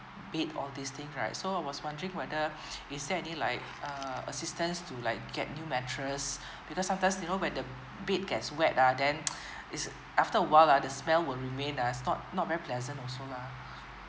bed all these thing right so I was wondering whether is there any like uh assistance to like get new mattress because sometimes you know when the bed gets wet uh then is after a while lah the smell will remain uh is not not very pleasant also lah